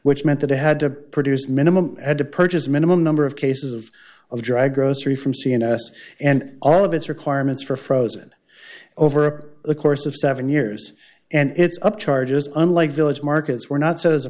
which meant that i had to produce minimum had to purchase a minimum number of cases of of drag grocery from cns and all of its requirements for frozen over the course of seven years and it's up charges unlike village markets were not set as a